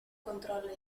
controlla